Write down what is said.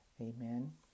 Amen